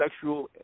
sexual